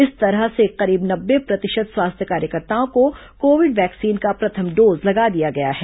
इस तरह से करीब नब्बे प्रतिशत स्वास्थ्य कार्यकर्ताओं को कोविड वैक्सीन का प्रथम डोज लगा दिया गया है